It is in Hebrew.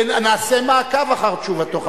ונעשה מעקב אחר תשובתו,